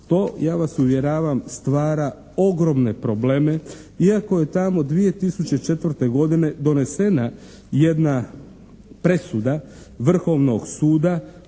To ja vas uvjeravam stvara ogromne probleme iako je tamo 2004. godine donesena jedna presuda Vrhovnog suda